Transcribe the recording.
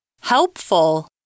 Helpful